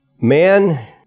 man